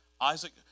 Isaac